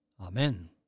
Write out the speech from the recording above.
Amen